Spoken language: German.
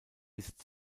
ist